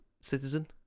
citizen